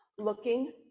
looking